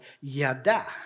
Yada